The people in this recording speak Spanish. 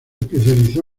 especializó